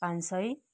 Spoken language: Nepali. पाँच सय